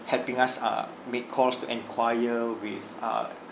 helping us uh made calls to enquire with uh